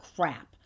crap